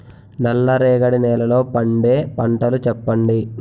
నల్ల రేగడి నెలలో పండే పంటలు చెప్పండి?